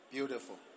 Beautiful